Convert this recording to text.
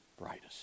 brightest